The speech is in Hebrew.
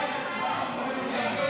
ווליד טאהא.